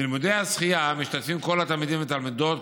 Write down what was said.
בלימודי השחייה משתתפים כל התלמידים והתלמידות,